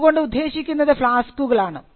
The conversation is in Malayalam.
അതുകൊണ്ട് ഉദ്ദേശിക്കുന്നത് ഫ്ളാസ്കുകളാണ്